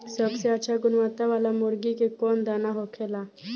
सबसे अच्छा गुणवत्ता वाला मुर्गी के कौन दाना होखेला?